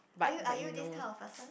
are you are you this kind of person